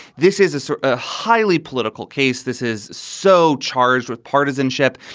this is a sort of highly political case. this is so charged with partisanship.